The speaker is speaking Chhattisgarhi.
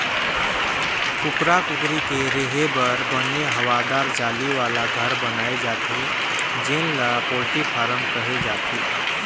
कुकरा कुकरी के रेहे बर बने हवादार जाली वाला घर बनाए जाथे जेन ल पोल्टी फारम कहे जाथे